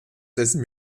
dessen